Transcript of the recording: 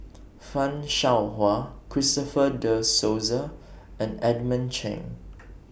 fan Shao Hua Christopher De Souza and Edmund Cheng